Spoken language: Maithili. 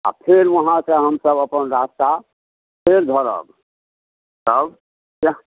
आओर फेर वहाँसँ हमसब अपन रास्ता फेर धड़ब तब इएह